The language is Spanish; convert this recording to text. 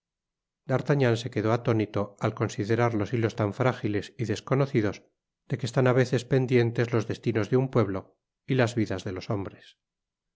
d'artagnan se quedó atónito al considerar los hitos tan frágiles y desconocidos de que están á veces pendientes los destinos de un pueblo y las vidas de los hombres